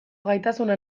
gaitasuna